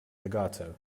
legato